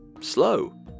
slow